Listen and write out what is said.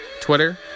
Twitter